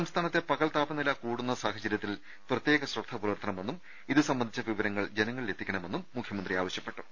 സംസ്ഥാനത്തെ പകൽ താപനില കൂടുന്ന സാഹചര്യത്തിൽ പ്രത്യേക ശ്രദ്ധ പുലർത്തണമെന്നും ഇതുസംബന്ധിച്ച വിവരങ്ങൾ ജനങ്ങളിലെത്തിക്കണമെന്നും അദ്ദേഹം ആവശ്യപ്പെട്ടു